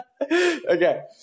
Okay